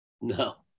No